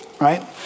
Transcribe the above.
right